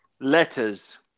Letters